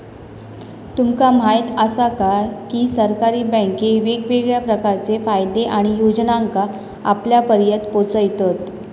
तुमका म्हायत आसा काय, की सरकारी बँके वेगवेगळ्या प्रकारचे फायदे आणि योजनांका आपल्यापर्यात पोचयतत